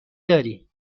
داری